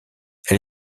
elle